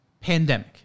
Pandemic